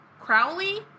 Crowley